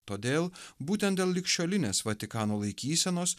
todėl būtent dėl ligšiolinės vatikano laikysenos